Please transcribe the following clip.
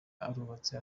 arubatse